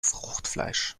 fruchtfleisch